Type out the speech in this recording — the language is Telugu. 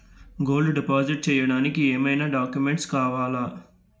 గోల్డ్ డిపాజిట్ చేయడానికి ఏమైనా డాక్యుమెంట్స్ కావాలా?